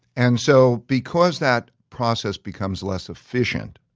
and so because that process becomes less efficient,